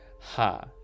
Ha